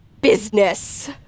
business